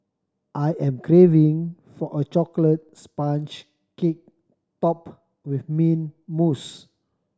I am craving for a chocolate sponge cake top with mint mousse